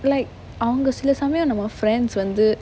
like அவங்க சில சமயம் நம்ம:avanga sila samayam namma friends வந்து:vanthu